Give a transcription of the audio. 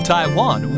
Taiwan